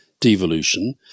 devolution